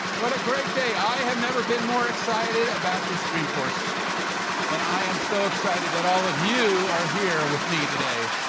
what a great day, i have never been more excited about this dreamforce and i am so excited that all of you are here with me today.